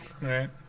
Right